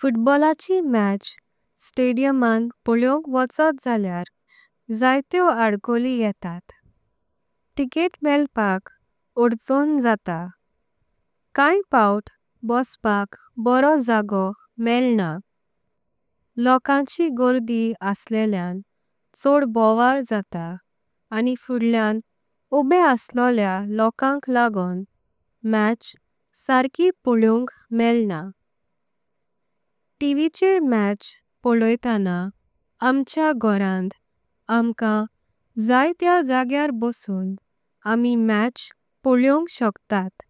फुटबॉलाची मॅच स्टेडियमांत पळोवुंक व्हचोत जाल्यार। जायतेओ अडकोळी येततात टिक्क्ट मल्लपाक ओड्चज़्ण। ज़ाता काय पावत बौस्पाक बरो ज़ागो मेल्लना लोकांची गोरधी। अस्सेलेआं चोड़ बवळ ज़ाता आनी फुड्ढेआं उबे अस्सोलेआ। लोकांक लागों मॅच सर्की पोलोवुंक मेल्ना टीवीचेर मॅच। पोलोइताना आमच्या घोरांत आमकां जाइं तिया जागेआर। बोंसून आमी मॅच पळोवुंक शुक्तात